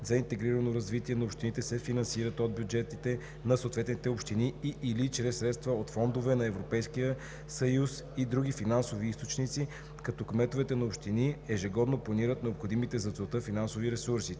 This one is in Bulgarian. за интегрирано развитие на общините се финансират от бюджетите на съответните общини и/или чрез средства от фондовете на Европейския съюз и други финансови източници, като кметовете на общини ежегодно планират необходимите за целта финансови ресурси.“